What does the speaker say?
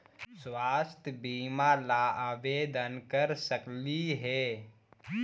स्वास्थ्य बीमा ला आवेदन कर सकली हे?